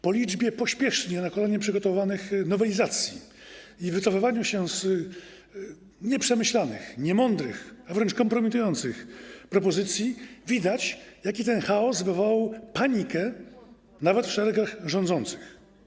Po liczbie pospiesznie, na kolanie przygotowywanych nowelizacji i wycofywaniu się z nieprzemyślanych, niemądrych, wręcz kompromitujących propozycji widać, jaką ten chaos wywołał panikę, nawet w szeregach rządzących.